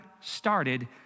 started